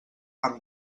amb